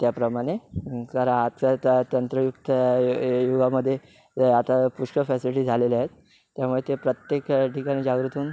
त्याप्रमाणे कारण आजचा तंत्रयुक्त युगामध्ये आता पुष्कळ फॅसिलिटी झालेल्या आहेत त्यामुळे ते प्रत्येक ठिकाणी जागृत होऊन